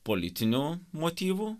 politinių motyvų